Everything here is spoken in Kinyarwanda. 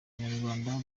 abanyarwanda